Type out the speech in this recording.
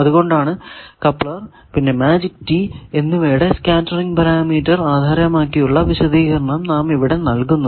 അതുകൊണ്ടാണ് കപ്ലർ പിന്നെ magic T എന്നിവയുടെ സ്കേറ്ററിങ് പാരാമീറ്റർ ആധാരമാക്കിയുള്ള വിശദീകരണം നാം ഇവിടെ നൽകുന്നത്